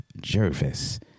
Jervis